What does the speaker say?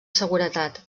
seguretat